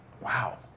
wow